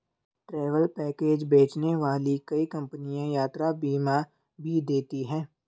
travel package बेचने वाली कई कंपनियां यात्रा बीमा भी देती हैं